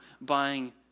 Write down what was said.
buying